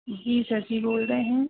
जी sir जी बोल रहे हैं